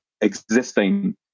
existing